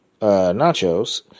Nachos